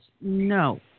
No